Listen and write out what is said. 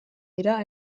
dira